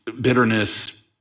bitterness